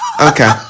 okay